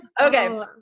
Okay